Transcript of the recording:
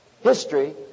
history